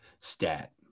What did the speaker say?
stat